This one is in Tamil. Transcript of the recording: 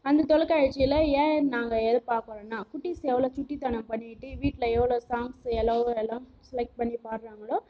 அந்த தொலைக்காட்சில ஏன் நாங்கள் எதிர்பார்க்கறோன்னா குட்டீஸ் எவ்வளோ சுட்டித்தனம் பண்ணிக்கிட்டு வீட்டில் எவ்வளோ சாங்ஸு எல்லவோ எல்லாம் லைக் பண்ணி பாடுறாங்களோ